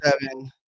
seven